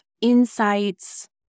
insights